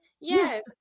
Yes